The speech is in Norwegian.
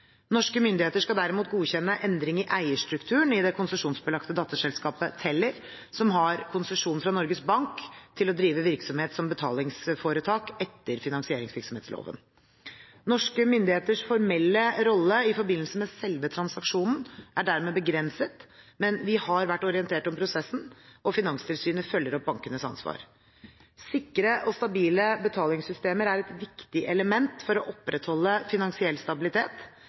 Norske myndigheter skal derimot godkjenne endring i eierstrukturen i det konsesjonsbelagte datterselskapet Teller, som har konsesjon fra Norges Bank til å drive virksomhet som betalingsforetak etter finansieringsvirksomhetsloven. Norske myndigheters formelle rolle i forbindelse med selve transaksjonen er dermed begrenset, men vi har vært orientert om prosessen, og Finanstilsynet følger opp bankenes ansvar. Sikre og stabile betalingssystemer er et viktig element for å opprettholde finansiell stabilitet,